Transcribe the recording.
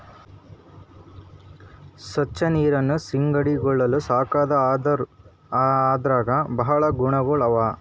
ಸ್ವಚ್ ನೀರಿನ್ ಸೀಗಡಿಗೊಳ್ ಸಾಕದ್ ಅಂದುರ್ ಅದ್ರಾಗ್ ಭಾಳ ಗುಣಗೊಳ್ ಅವಾ